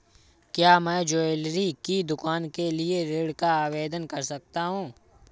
क्या मैं ज्वैलरी की दुकान के लिए ऋण का आवेदन कर सकता हूँ?